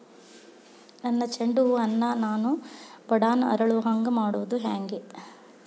ನನ್ನ ಚಂಡ ಹೂ ಅನ್ನ ನಾನು ಬಡಾನ್ ಅರಳು ಹಾಂಗ ಮಾಡೋದು ಹ್ಯಾಂಗ್?